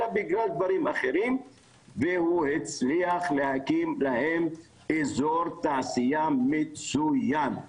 אלא בגלל דברים אחרים והוא הצליח להקים להם אזור תעשייה מצוין.